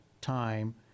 time